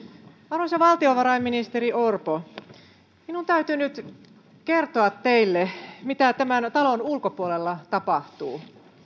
arvoisa valtiovarainministeri orpo minun täytyy nyt kertoa teille mitä tämän talon ulkopuolella tapahtuu